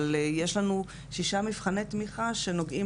אבל יש לנו שישה מבחני תמיכה שנוגעים